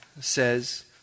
says